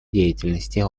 деятельности